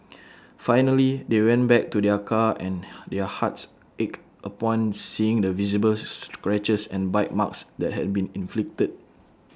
finally they went back to their car and their hearts ached upon seeing the visible scratches and bite marks that had been inflicted